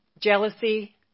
jealousy